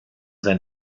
sein